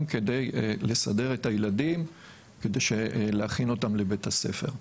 כדי לסדר את הילדים ולהכין אותם לבית הספר.